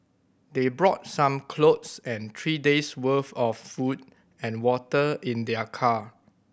they brought some clothes and three days' worth of food and water in their car